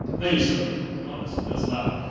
hey sir oh it's, that's loud!